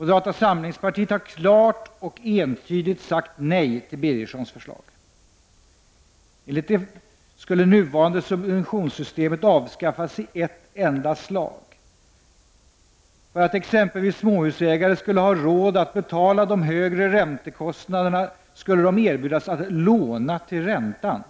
Moderata samlingspartiet har klart och entydigt sagt nej till Birgerssons förslag. Enligt detta skall det nuvarande subventionssystemet avskaffas i ett enda slag. För att exempelvis småhusägare skulle ha råd att betala de högre räntekostnaderna skulle de erbjudas att låna till räntan.